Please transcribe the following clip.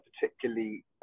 particularly